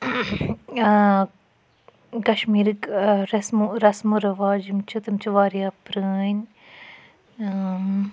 کَشمیٖرٕکۍ رسم رسم و رِواج یِم چھِ تِم چھِ واریاہ پرٲنۍ